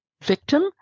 victim